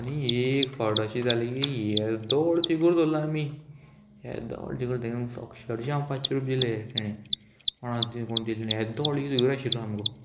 आनी एक फावट अशें जालें की येद्दो व्हडलो थिगूर धरलो आमी येद्दो व्हडलो थिगूर आमी तिगां अक्षरशा आमकां पांचशे रुपया दिले तेणे कोणा ते कोण ते तिणे येद्दो व्होडलो थिगूर आशिल्लो सामको